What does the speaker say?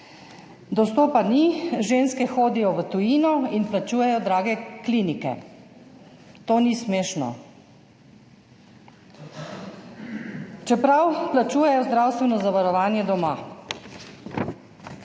Dostopa ni. Ženske hodijo v tujino in plačujejo drage klinike. To ni smešno! Čeprav plačujejo zdravstveno zavarovanje doma